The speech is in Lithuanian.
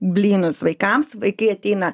blynus vaikams vaikai ateina